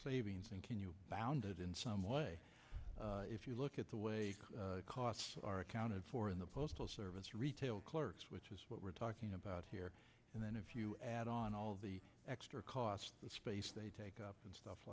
savings and can you bounded in some way if you look at the way costs are accounted for in the postal service retail clerks which is what we're talking about here and then if you add on all the extra costs the space they take up and stuff